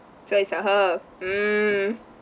so it's a her mm